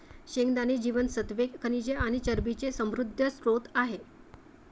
शेंगदाणे जीवनसत्त्वे, खनिजे आणि चरबीचे समृद्ध स्त्रोत आहेत